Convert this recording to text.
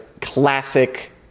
classic